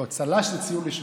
לא, צל"ש זה ציון לשבח.